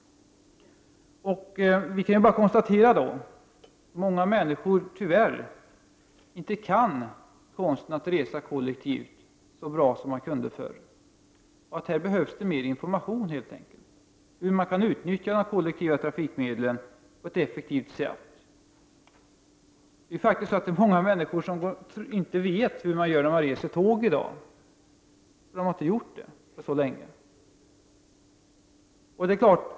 Tyvärr kan vi konstatera att många människor inte kan konsten att resa kollektivt så bra som man kunde förr. Här behövs det helt enkelt information om hur man kan utnyttja de kollektiva trafikmedlen på ett effektivt sätt. Många människor vet faktiskt inte hur man gör när man reser med tåg, för de har inte gjort det på så länge.